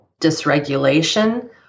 dysregulation